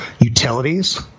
utilities